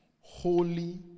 holy